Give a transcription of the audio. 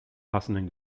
passenden